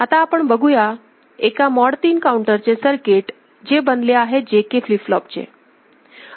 आता आपण बघूया एका मॉड ३ काउंटरचे सर्किट जे बनले आहे JK फ्लिप फ्लॉप चे